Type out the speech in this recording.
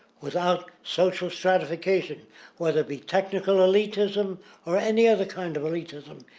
without social stratification whether it be technical elitism or any other kind of elitism,